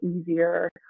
easier